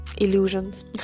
illusions